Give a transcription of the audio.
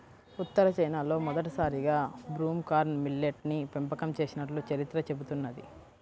ఉత్తర చైనాలో మొదటిసారిగా broomcorn millet ని పెంపకం చేసినట్లు చరిత్ర చెబుతున్నది